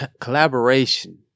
Collaboration